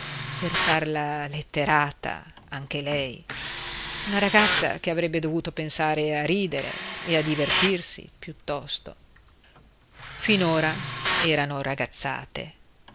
per far la letterata anche lei una ragazza che avrebbe dovuto pensare a ridere e a divertirsi piuttosto finora erano ragazzate